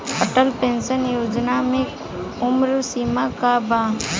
Atal pension Yojana मे उम्र सीमा का बा?